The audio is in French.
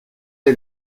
est